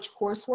coursework